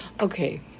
Okay